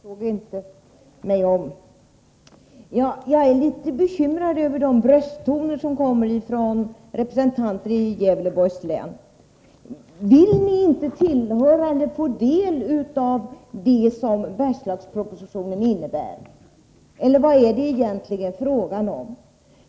Herr talman! Jag är litet bekymrad över de brösttoner som kommer från representanten för Gävleborgs län. Vill ni inte få del av det som Bergslagspropositionen innebär, eller vad är det egentligen fråga om?